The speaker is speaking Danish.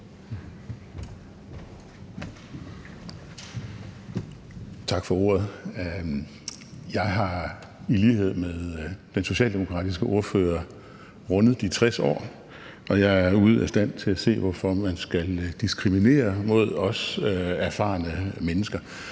Tak for ordet. Jeg har i lighed med den socialdemokratiske ordfører rundet de 60 år, og jeg er ude af stand til at se, hvorfor man skal diskriminere os erfarne mennesker.